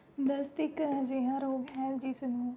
ਦਸਤ ਇੱਕ ਅਜਿਹਾ ਰੋਗ ਹੈ ਜਿਸ ਨੂੰ